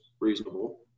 reasonable